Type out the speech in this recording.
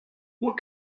what